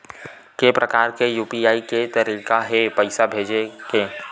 के प्रकार के यू.पी.आई के तरीका हे पईसा भेजे के?